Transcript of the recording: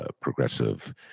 progressive